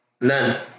None